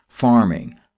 farming